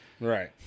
Right